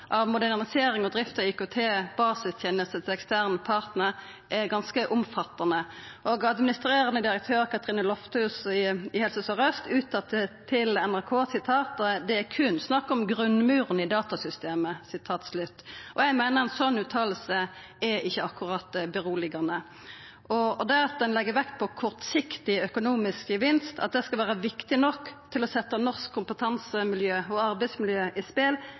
drift av IKT-basistenester til ein ekstern partnar er ganske omfattande, og administrerande direktør Cathrine Lofthus i Helse Sør-Aust uttala til NRK: «Det er kun snakk om grunnmuren i datasystemet.» Eg meiner at ei sånn utsegn ikkje akkurat er tillitvekkjande. Det at ein legg vekt på kortsiktig økonomisk gevinst – at det skal vera viktig nok til å setja norsk kompetanse- og arbeidsmiljø i spel,